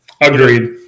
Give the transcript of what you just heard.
Agreed